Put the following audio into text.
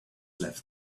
left